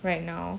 right now